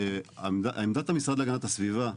עמדת המשרד להגנת הסביבה,